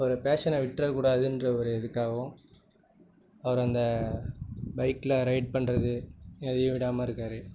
ஒரு பேஷனை விட்டுறகூடாதுன்ற ஒரு இதுக்காகவும் அவர் அந்த பைக்கில் ரைட் பண்றது எதையும் விடாமல் இருக்கார்